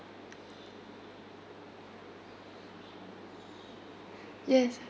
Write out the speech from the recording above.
yes